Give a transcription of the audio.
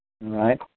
right